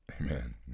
amen